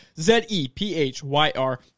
Z-E-P-H-Y-R